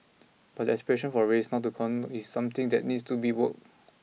but the aspiration for race not to count is something that needs to be work